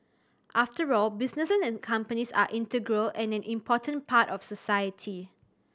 after all businesses and companies are integral and an important part of society